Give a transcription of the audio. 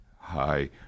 Hi